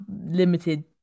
limited